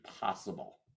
possible